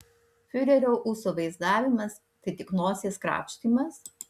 fiurerio ūsų vaizdavimas tai tik nosies krapštymas